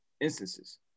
instances